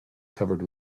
covered